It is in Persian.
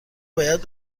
باید